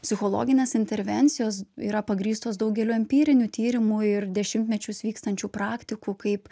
psichologinės intervencijos yra pagrįstos daugeliu empirinių tyrimų ir dešimtmečius vykstančių praktikų kaip